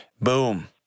Boom